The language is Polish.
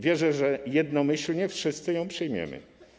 Wierzę, że jednomyślnie wszyscy ją przyjmiemy.